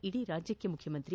ಇಡೀ ರಾಜ್ಯಕ್ಷೆ ಮುಖ್ಯಮಂತ್ರಿ